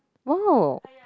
!wow!